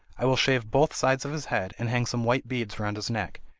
i will shave both sides of his head, and hang some white beads round his neck.